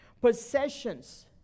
possessions